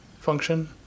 function